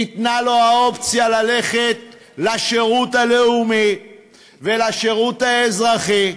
ניתנה לו האופציה ללכת לשירות הלאומי ולשירות האזרחי.